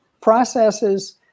Processes